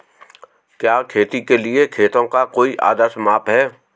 क्या खेती के लिए खेतों का कोई आदर्श माप है?